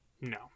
No